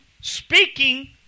speaking